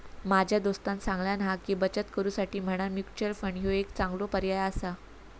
माझ्या दोस्तानं सांगल्यान हा की, बचत करुसाठी म्हणान म्युच्युअल फंड ह्यो एक चांगलो पर्याय आसा